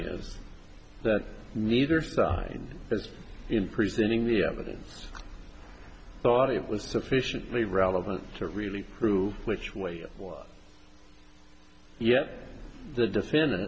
is that neither side is in presenting the evidence thought it was sufficiently relevant to really prove which way yet the defendant